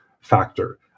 factor